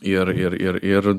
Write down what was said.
ir ir ir ir